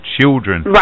children